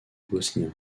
bosnien